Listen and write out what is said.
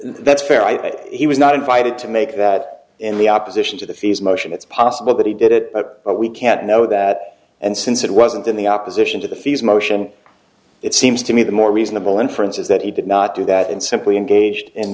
that's fair i he was not invited to make that in the opposition to the fees motion it's possible that he did it but we can't know that and since it wasn't in the opposition to the fees motion it seems to me the more reasonable inference is that he did not do that and simply engaged